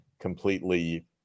completely